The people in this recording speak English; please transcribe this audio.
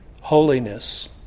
holiness